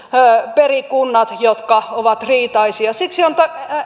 perikunnat jotka ovat riitaisia siksi on